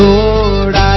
Lord